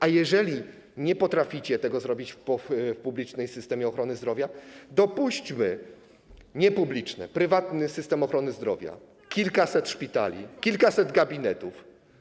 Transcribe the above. A jeżeli nie potraficie tego zrobić w publicznym systemie ochrony zdrowia, dopuśćmy niepubliczny, prywatny system ochrony zdrowia, kilkaset szpitali, kilkaset gabinetów.